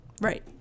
Right